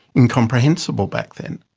incomprehensible back then?